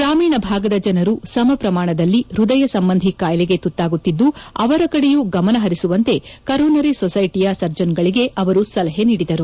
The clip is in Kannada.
ಗ್ರಾಮೀಣ ಭಾಗದ ಜನರೂ ಸಮ ಪ್ರಮಾಣದಲ್ಲಿ ಹೃದಯಸಂಬಂಧಿ ಖಾಯಿಲೆಗೆ ತುತ್ತಾಗುತ್ತಿದ್ದು ಅವರ ಕಡೆಯೂ ಗಮನ ಪರಿಸುವಂತೆ ಕರೊನರಿ ಸೊಸೈಟಿಯ ಸರ್ಜನ್ಗಳಿಗೆ ಅವರು ಸಲಹೆ ಮಾಡಿದರು